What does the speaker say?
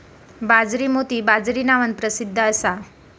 बाजरी मोती बाजरी नावान प्रसिध्द असा